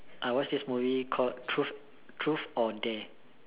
I watched this movie called truth truth or dare